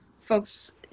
folks